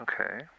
Okay